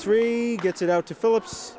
three gets it out to phillips